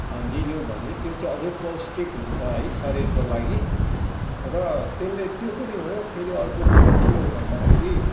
निल्यौँ भने त्यो चाहिँ अझ पौस्टिक हुन्छ है शरीरको लागि र त्यसले त्यो पनि हो फेरि अर्को कुरो को हो भन्दा फेरि